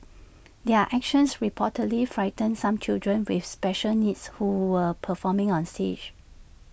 their actions reportedly frightened some children with special needs who were performing on stage